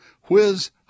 whiz